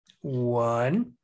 one